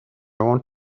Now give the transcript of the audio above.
want